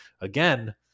again